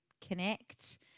Connect